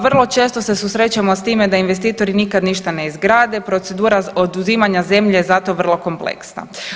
Vrlo često se susrećemo s time da investitori nikad ništa ne izgrade, procedura oduzimanja zemlje je zato vrlo kompleksna.